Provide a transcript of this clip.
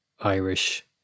Irish